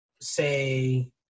say